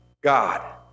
God